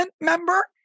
member